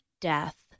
death